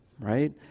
right